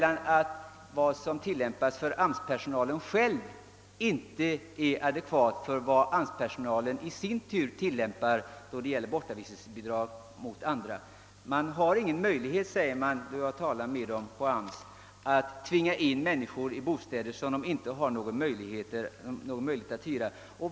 Vad som tillämpas för AMS-personalen själv förväxlas kanske med vad AMS-personalen i sin tur tillämpar då det gäller andra. Det finns ingen möjlighet, sades det hos AMS när jag frågade om detta, att tvinga in människor i bostäder som de inte har någon möjlighet att hyra.